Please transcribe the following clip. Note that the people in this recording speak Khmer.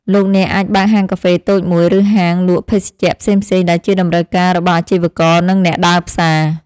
លោកអ្នកអាចបើកហាងកាហ្វេតូចមួយឬហាងលក់ភេសជ្ជៈផ្សេងៗដែលជាតម្រូវការរបស់អាជីវករនិងអ្នកដើរផ្សារ។